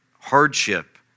hardship